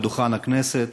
על דוכן הכנסת.